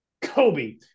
Kobe